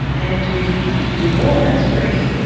and if you can do more, that's great,